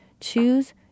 Choose